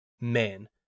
Men